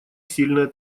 сильное